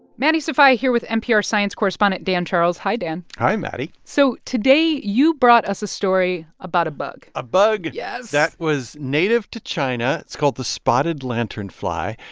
maddie sofia here with npr science correspondent dan charles hi, dan hi, maddie so today you brought us a story about a bug a bug. yes. that was native to china. it's called the spotted lanternfly.